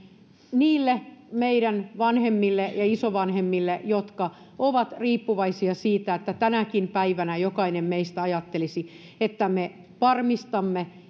niille meidän vanhemmille ja isovanhemmille jotka ovat riippuvaisia siitä että tänäkin päivänä jokainen meistä ajattelisi että me varmistamme